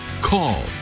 Call